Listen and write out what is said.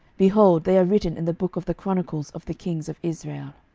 behold, they are written in the book of the chronicles of the kings of israel.